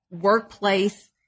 workplace